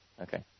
Okay